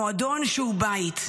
מועדון שהוא בית,